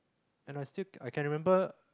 and I still I can remember